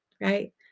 right